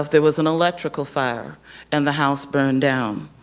there was an electrical fire and the house burned down.